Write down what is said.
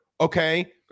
okay